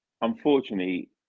unfortunately